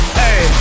hey